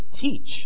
teach